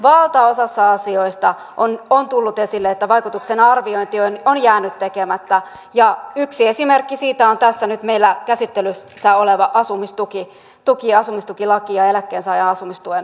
valtaosassa asioista on tullut esille että vaikutusten arviointi on jäänyt tekemättä ja yksi esimerkki siitä on tässä nyt meillä käsittelyssä oleva asumistukilaki eläkkeensaajan asumistuen osalta